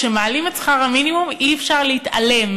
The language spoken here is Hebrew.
כשמעלים את שכר המינימום אי-אפשר להתעלם